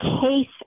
case